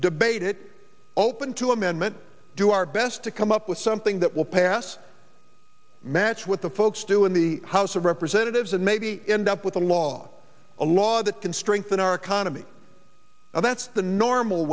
debate it open to amendment do our best to come up with something that will pass match with the folks do in the house of representatives and maybe end up with a law a law that can strengthen our economy and that's the normal